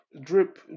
drip